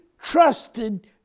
trusted